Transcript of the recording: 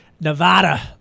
Nevada